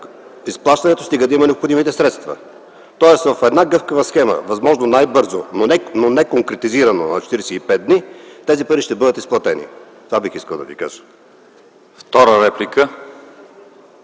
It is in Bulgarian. изплащането, стига да има необходимите средства. В една гъвкава схема възможно най-бързо, но не конкретизирано – в 45 дни, тези пари ще бъдат изплатени, това бих искал да Ви кажа.